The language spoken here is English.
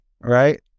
right